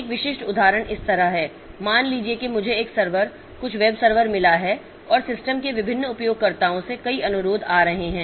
एक विशिष्ट उदाहरण इस तरह है मान लीजिए कि मुझे एक सर्वर कुछ वेब सर्वर मिला है और सिस्टम के विभिन्न उपयोगकर्ताओं से कई अनुरोध आ रहे हैं